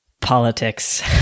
politics